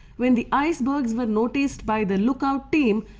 when the ice bergs were noticed by the lookout team,